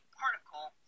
particle